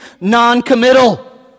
non-committal